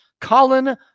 Colin